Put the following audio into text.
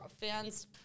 fans